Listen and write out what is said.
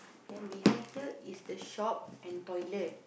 then behind here is the shop and toilet